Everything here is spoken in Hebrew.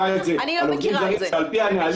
אני לא מכירה את זה מהחודשים האחרונים.